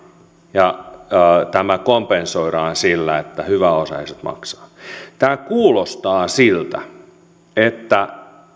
ja tämä kompensoidaan sillä että hyväosaiset maksavat tämä kuulostaa siltä että